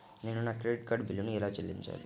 నేను నా credit card బిల్లును ఎలా చెల్లించాలీ?